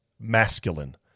masculine